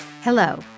Hello